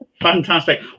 Fantastic